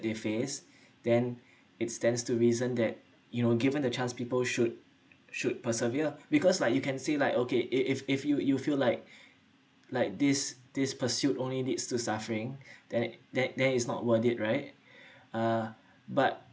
they face then it stands to reason that you know given the chance people should should persevere because like you can say like okay if if if you you feel like like this this pursuit only leads to suffering then then then it's not worth it right uh but